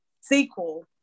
sequel